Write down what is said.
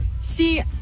See